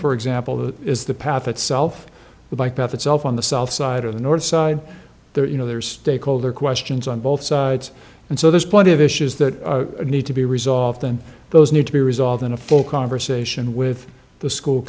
for example that is the path itself the bike path itself on the south side or the north side there you know there are stakeholder questions on both sides and so there's plenty of issues that need to be resolved and those need to be resolved in a full conversation with the school